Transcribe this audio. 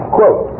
quote